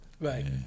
Right